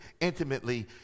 intimately